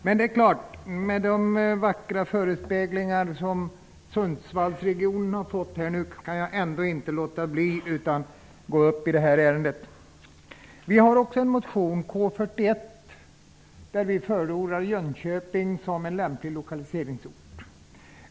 Men jag kan inte låta bli att gå upp i talarstolen efter att ha hört alla vackra ord om den förordar vi Jönköping som lämplig lokaliseringsort.